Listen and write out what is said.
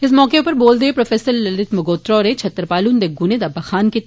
इस मौके उप्पर बोलदे होई प्रो ललित मंगोत्रा होरें छतरपाल हुंदे गुणें दा बाखान कीता